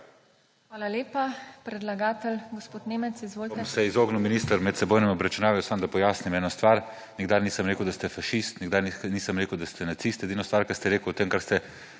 Hvala lepa. Predlagatelj, gospod Nemec, izvolite. **MATJAŽ NEMEC (PS SD):** Bom se izognil, minister, medsebojnemu obračunavanju, samo da pojasnim eno stvar. Nikdar nisem rekel, da ste fašist, nikdar nisem rekel, da ste nacist. Edino stvar, ki ste jo povedali o tem, kar ste